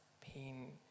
pain